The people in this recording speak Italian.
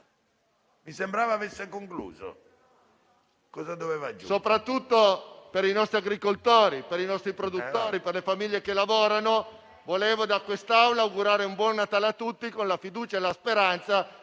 Mi sembrava che avesse concluso.